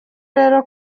rero